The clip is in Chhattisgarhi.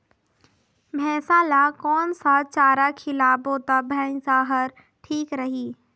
भैसा ला कोन सा चारा खिलाबो ता भैंसा हर ठीक रही?